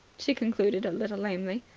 she concluded a little lamely.